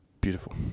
beautiful